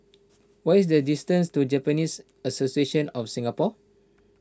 what is the distance to Japanese Association of Singapore